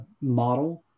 model